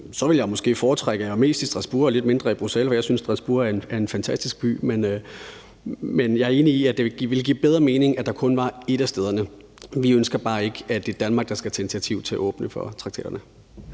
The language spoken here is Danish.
ville jeg måske foretrække at være mest i Strasbourg og lidt mindre i Bruxelles, for jeg synes, Strasbourg er en fantastisk by. Men jeg er enig i, at det ville give bedre mening, at der kun var ét af stederne. Vi ønsker bare ikke, at det er Danmark, der skal tage initiativ til at åbne for traktaterne.